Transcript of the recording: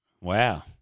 Wow